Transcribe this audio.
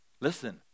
listen